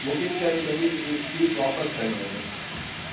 booking करे छॾी इहो पीस वापसि खणी वञो